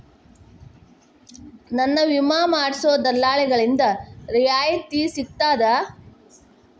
ನನ್ನ ವಿಮಾ ಮಾಡಿಸೊ ದಲ್ಲಾಳಿಂದ ರಿಯಾಯಿತಿ ಸಿಗ್ತದಾ?